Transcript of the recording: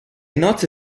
nozze